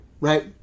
right